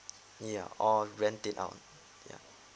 ya or rent it out ya